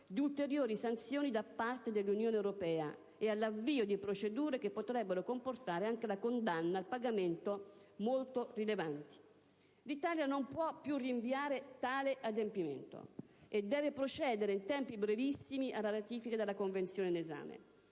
di ulteriori sanzioni da parte dell'Unione europea e all'avvio di procedure che potrebbero comportare anche la condanna al pagamento di somme molto rilevanti. L'Italia non può più rinviare tale adempimento e deve procedere in tempi brevissimi alla ratifica della Convenzione in esame.